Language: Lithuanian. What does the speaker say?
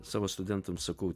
savo studentam sakau